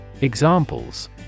Examples